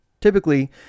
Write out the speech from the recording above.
Typically